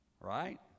Right